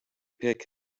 pick